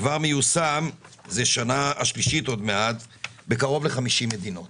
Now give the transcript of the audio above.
כבר מיושם זה השנה השלישית עוד מעט בקרוב ל-50 מדינות